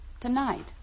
tonight